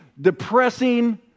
depressing